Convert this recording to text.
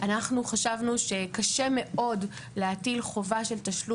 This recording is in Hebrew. אנחנו חשבנו שקשה מאוד להטיל חובה של תשלום